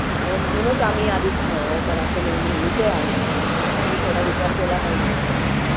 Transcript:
हो म्हणूनच आम्ही आधीच आहोत पण असं नाही नेहमीचे आम्ही तुम्ही थोडा विचार केला पाहिजे त्याचा